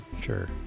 Sure